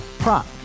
Prop